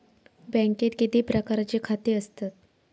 बँकेत किती प्रकारची खाती असतत?